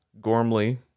Gormley